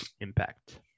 impact